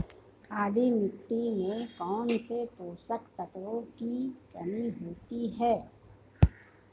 काली मिट्टी में कौनसे पोषक तत्वों की कमी होती है?